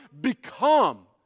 become